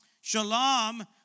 Shalom